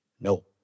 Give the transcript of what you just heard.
no